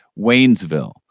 Waynesville